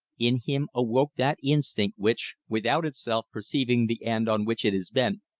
in him awoke that instinct which, without itself perceiving the end on which it is bent,